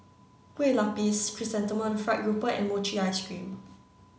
Kueh Lapis Chrysanthemum fried grouper and mochi ice cream